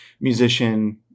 musician